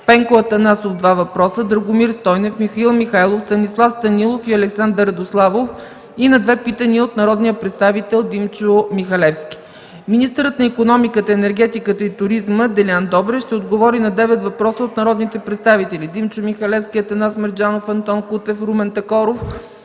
Пенко Атанасов – 2 въпроса, Драгомир Стойнев, Михаил Михайлов, Станислав Станилов, и Александър Радославов и на 2 питания от народния представител Димчо Михалевски. Министърът на икономиката, енергетиката и туризма Делян Добрев ще отговори на 9 въпроса от народните представители Димчо Михалевски, Атанас Мерджанов, Антон Кутев, Румен Такоров,